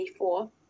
1984